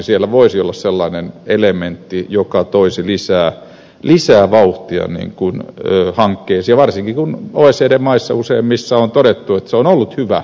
siinä voisi olla sellainen elementti joka toisi lisää vauhtia hankkeisiin varsinkin kun useimmissa oecd maissa on todettu että se on ollut hyvä malli